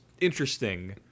interesting